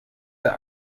der